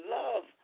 love